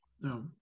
no